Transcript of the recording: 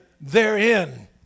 therein